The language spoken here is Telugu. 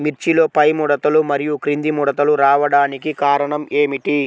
మిర్చిలో పైముడతలు మరియు క్రింది ముడతలు రావడానికి కారణం ఏమిటి?